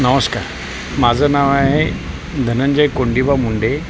नमस्कार माझं नाव आहे धनंजय कोंडिबा मुंडे